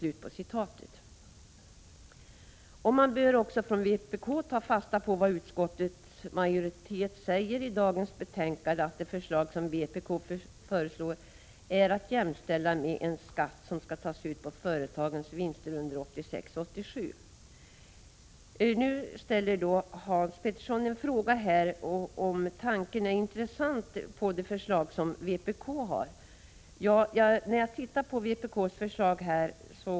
Vpk bör också ta fasta på vad utskottets majoritet säger i dagens betänkande, nämligen:”Det förslag motionärerna lägger fram är att jämställa med en skatt som skulle tas ut på företagens vinster under 1986 och 1987.” Nu ställer Hans Petersson i Hallstahammar frågan om det förslag som vpk har är intressant.